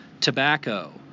tobacco